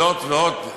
זאת ועוד,